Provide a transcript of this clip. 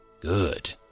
Good